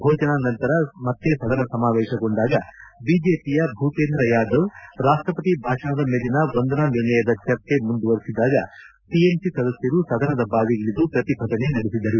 ಭೋಜನಾ ನಂತರ ಮತ್ತೆ ಸದನ ಸಮಾವೇಶಗೊಂಡಾಗ ಬಿಜೆಪಿಯ ಭೂಪೇಂದ್ರ ಯಾದವ್ ರಾಷ್ಷಪತಿ ಭಾಷಣದ ಮೇಲಿನ ವಂದನಾ ನಿರ್ಣಯದ ಚರ್ಚೆ ಮುಂದುವರಿಸಿದಾಗ ಟಿಎಂಸಿ ಸದಸ್ಕರು ಸದನದ ಬಾವಿಗಿಳಿದು ಪ್ರತಿಭಟನೆ ನಡೆಸಿದರು